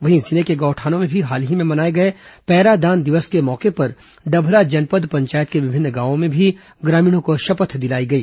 वहीं जिले के गौठानों में भी हाल ही में मनाए गए पैरादान दिवस के मौके पर डभरा जनपद पंचायत के विभिन्न गांवों में भी ग्रामीणों को शपथ दिलाई गई